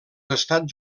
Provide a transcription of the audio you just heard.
estats